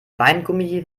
weingummi